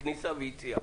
כניסה ויציאה.